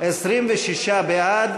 26 בעד,